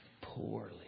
poorly